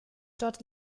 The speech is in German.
dort